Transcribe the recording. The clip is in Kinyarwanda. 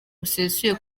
busesuye